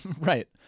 Right